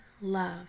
love